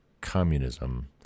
communism